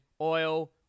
oil